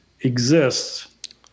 exists